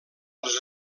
els